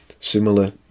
similar